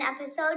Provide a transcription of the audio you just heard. episode